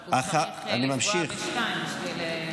רק הוא צריך לפגוע בשתיים בשביל להמשיך לשלישית.